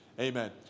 Amen